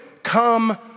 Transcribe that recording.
come